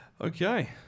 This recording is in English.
Okay